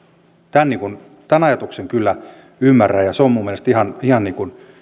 tämän ajatuksen kyllä ymmärrän ja se on minun mielestäni ihan